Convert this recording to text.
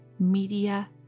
media